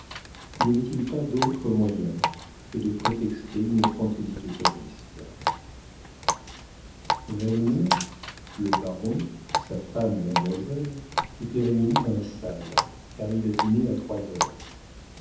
n'y avait-il pas d'autre moyen que de prétexter une fantaisie de calyste vers une heure le baron sa femme et mademoiselle étaient réunis dans la salle car ils dînaient à trois heures